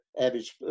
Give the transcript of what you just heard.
average